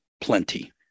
plenty